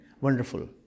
wonderful